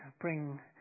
bring